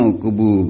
kubu